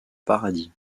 paradis